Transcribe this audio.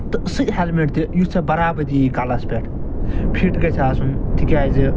تہٕ سُہ ہٮ۪لمیٚت دِ یُس ژےٚ برابر یی کَلَس پٮ۪ٹھ فِٹ گژھِ آسُن تِکیٛازِ